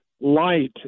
light